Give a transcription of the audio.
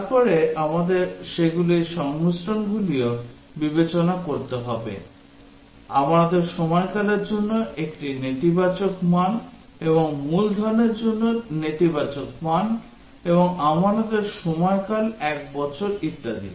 তারপরে আমাদের সেগুলির সংমিশ্রণগুলিও বিবেচনা করতে হবে আমানতের সময়কালের জন্য একটি নেতিবাচক মান এবং মূলধনের জন্য নেতিবাচক মান এবং আমানতের সময়কাল 1 বছর ইত্যাদি